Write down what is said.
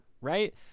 right